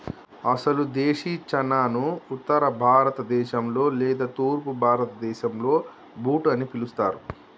అసలు దేశీ చనాను ఉత్తర భారత దేశంలో లేదా తూర్పు భారతదేసంలో బూట్ అని పిలుస్తారు